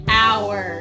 hour